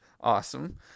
Awesome